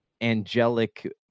angelic